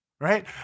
right